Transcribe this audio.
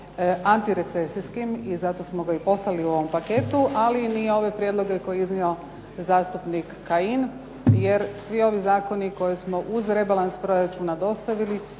antirecesijskim i zato smo ga i poslali u ovom paketu, ali ni ove prijedloge koje je iznio zastupnik Kajin jer svi ovi zakoni koje smo uz rebalans proračuna dostavili